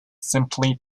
simply